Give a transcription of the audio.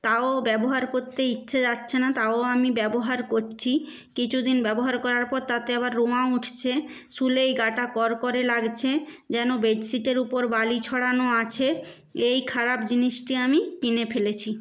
তাও ব্যবহার করতে ইচ্ছে যাচ্ছে না তাও আমি ব্যবহার করছি কিছু দিন ব্যবহার করার পর তাতে আবার রোঁয়া উঠছে শুলেই গাটা কড়কড়ে লাগছে যেন বেড শিটের উপর বালি ছড়ানো আছে এই খারাপ জিনিসটি আমি কিনে ফেলেছি